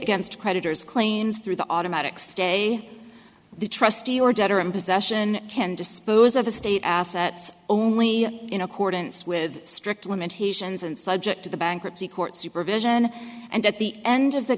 against creditors claims through the automatic stay the trustee or debtor in possession can dispose of estate assets only in accordance with strict limitations and subject to the bankruptcy court supervision and at the end of the